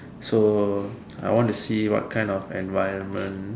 so I want to see what kind of environment